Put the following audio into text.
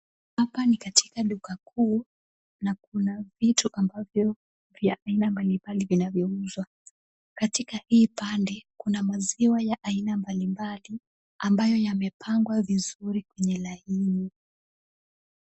Hapa ni katika duka kuu na kuna vitu ambavyo vya aina mbali mbali vinavyo uzwa. Katika hii pande kuna maziwa ya aina mbalimbali ambayo yamepangwa vizuri kwenye laini.